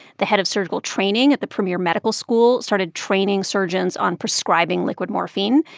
the head of surgical training at the premier medical school started training surgeons on prescribing liquid morphine,